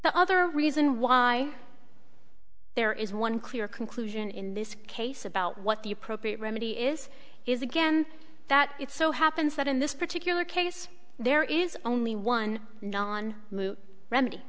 that other reason why there is one clear conclusion in this case about what the appropriate remedy is is again that it so happens that in this particular case there is only one non remedy